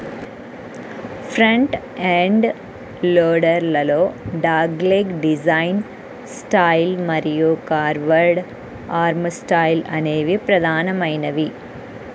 front end loader లలో dogleg design style మరియు curved arm style అనేవి ప్రధానమైనవి